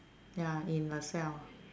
ya in colleague